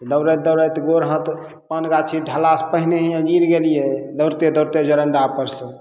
दौड़ैत दौड़ैत गोर हाथ पान गाछी ढालासँ पहिनहे गिर गेलियै दौड़ते दौड़ते जरण्डापर सँ